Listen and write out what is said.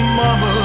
mama